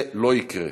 זה לא יקרה.